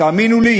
תאמינו לי,